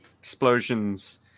explosions